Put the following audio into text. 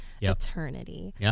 eternity